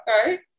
okay